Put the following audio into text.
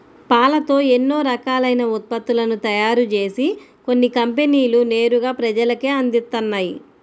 పాలతో ఎన్నో రకాలైన ఉత్పత్తులను తయారుజేసి కొన్ని కంపెనీలు నేరుగా ప్రజలకే అందిత్తన్నయ్